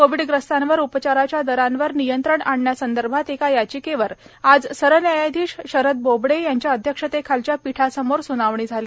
कोविडग्रस्तांवर उपचाराच्या दरांवर नियंत्रण आणण्यासंदर्भात एका याचिकेवर आज सरन्यायाधीश शरद बोबडे यांच्या अध्यक्षतेखालच्या पीठासमोर सुनावणी झाली